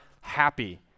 happy